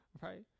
Right